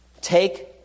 take